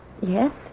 Yes